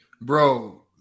Bro